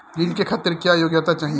ऋण के खातिर क्या योग्यता चाहीं?